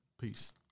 Peace